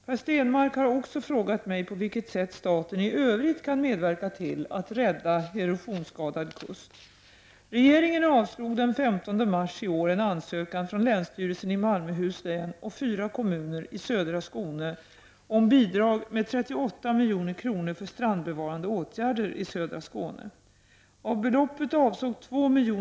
Per Stenmarck har också frågat mig på vilket sätt staten i övrigt kan medverka till att rädda erosionsskadad kust.